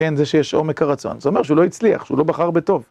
כן, זה שיש עומק הרצון, זאת אומר שהוא לא הצליח, שהוא לא בחר בטוב.